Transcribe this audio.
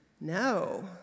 No